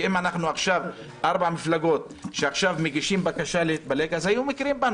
שאם אנחנו ארבע מפלגות שעכשיו מגישות בקשה להתפלג אז היו מכירים בנו,